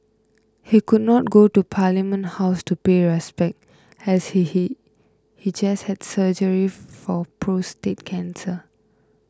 he could not go to Parliament House to pay respect as he he he just had surgery for prostate cancer